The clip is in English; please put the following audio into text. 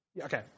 Okay